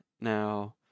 Now